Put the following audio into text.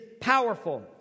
powerful